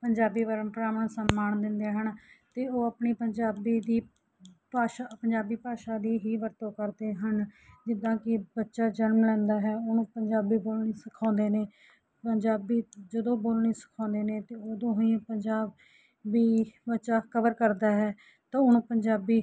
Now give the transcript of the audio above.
ਪੰਜਾਬੀ ਪਰੰਪਰਾਵਾਂ ਨੂੰ ਸਨਮਾਨ ਦਿੰਦੇ ਹਨ ਅਤੇ ਉਹ ਆਪਣੀ ਪੰਜਾਬੀ ਦੀ ਭਾਸ਼ਾ ਪੰਜਾਬੀ ਭਾਸ਼ਾ ਦੀ ਹੀ ਵਰਤੋਂ ਕਰਦੇ ਹਨ ਜਿੱਦਾਂ ਕਿ ਬੱਚਾ ਜਨਮ ਲੈਂਦਾ ਹੈ ਉਹਨੂੰ ਪੰਜਾਬੀ ਬੋਲਣੀ ਸਿਖਾਉਂਦੇ ਨੇ ਪੰਜਾਬੀ ਜਦੋਂ ਬੋਲਣੀ ਸਿਖਾਉਂਦੇ ਨੇ ਤਾਂ ਉਦੋਂ ਹੀ ਪੰਜਾਬੀ ਬੱਚਾ ਕਵਰ ਕਰਦਾ ਹੈ ਤਾਂ ਉਹਨੂੰ ਪੰਜਾਬੀ